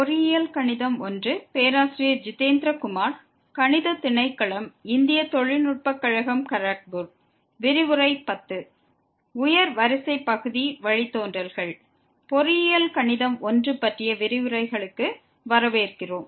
பொறியியல் கணிதம் 1 பற்றிய விரிவுரைகளுக்கு வரவேற்கிறோம்